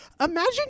Imagine